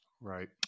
Right